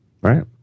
right